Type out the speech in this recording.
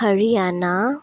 Haryana